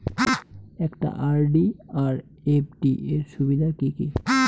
একটা আর.ডি আর এফ.ডি এর সুবিধা কি কি?